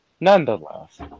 Nonetheless